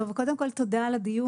טוב, קודם כל תודה על הדיון.